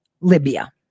Libya